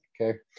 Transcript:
okay